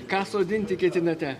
ką sodinti ketinate